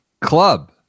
club